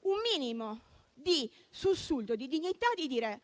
un sussulto di dignità nel dire